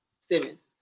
Simmons